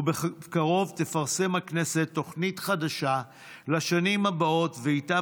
ובקרוב תפרסם הכנסת תוכנית חדשה לשנים הבאות ואיתה